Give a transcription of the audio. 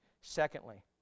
Secondly